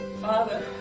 Father